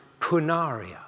cunaria